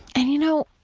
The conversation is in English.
and, you know,